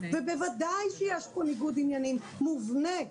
ובוודאי שיש פה ניגוד עניינים מובנה,